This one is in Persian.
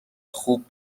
خوب